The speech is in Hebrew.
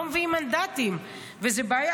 לא מביאים מנדטים, וזה בעיה.